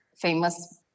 famous